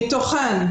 מתוכן,